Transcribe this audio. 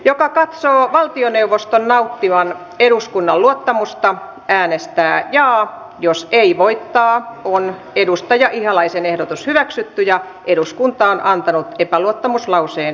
joka katsoo valtioneuvoston nauttivan eduskunnan luottamusta äänestää jaa jos ei voittaa kun edustaja ihalaisen ehdotus hyväksytty ja eduskunta on antanut epäluottamuslauseen